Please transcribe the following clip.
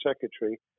secretary